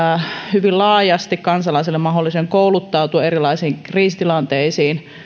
hyvin laajasti kansalaiselle mahdollisuuden kouluttautua erilaisiin kriisitilanteisiin